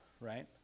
right